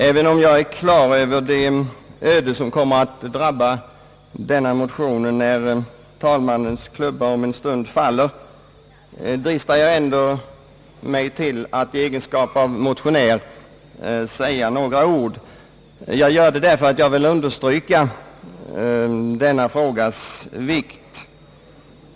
Herr talman! Jag har alldeles klart för mig det öde som kommer att drabba motionen när talmannens klubba om en stund faller, men jag dristar mig i alla fall att säga några ord i egenskap av motionär.